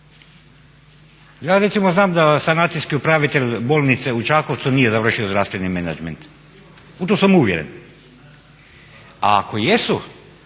Ja recimo znam da sanacijski upravitelj bolnice u Čakovcu nije završio zdravstveni menadžment, u to sam uvjeren. A ako jesu,